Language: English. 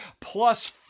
Plus